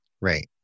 Right